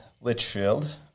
litchfield